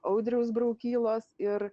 audriaus braukylos ir